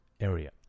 area